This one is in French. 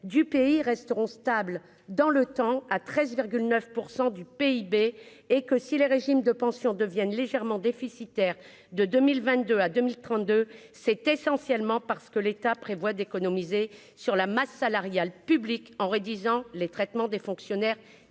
du pays resteront stables dans le temps à 13,9 % du PIB et que si les régimes de pensions deviennent légèrement déficitaire de 2022 à 2032, c'est essentiellement parce que l'État prévoit d'économiser sur la masse salariale publique en redisant les traitements des fonctionnaires